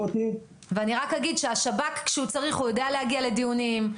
ואני רק אגיד שכאשר השב"כ צריך הוא יודע להגיע לדיונים,